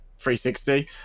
360